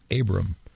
Abram